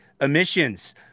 emissions